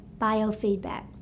biofeedback